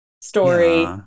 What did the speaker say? story